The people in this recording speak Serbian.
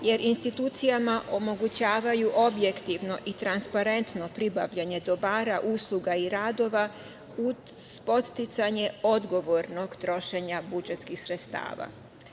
jer institucijama omogućavaju objektivno i transparentno pribavljanje dobara, usluga i radova uz podsticanje odgovornog trošenja budžetskih sredstava. Obzirom